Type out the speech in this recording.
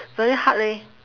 very hard leh